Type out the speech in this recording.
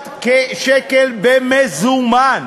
בסיסיות בעולם מודרני,